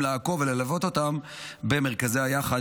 לעקוב וללוות אותם במרכזי "יחד",